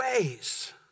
ways